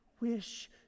wish